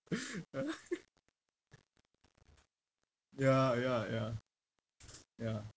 ya ya ya ya